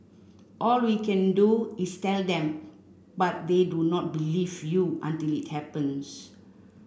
all we can do is tell them but they do not believe you until it happens